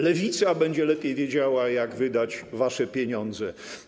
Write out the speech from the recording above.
Lewica będzie lepiej wiedziała, jak wydać wasze pieniądze.